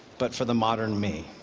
but for the modern me.